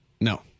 No